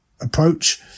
approach